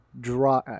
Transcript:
draw